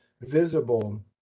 visible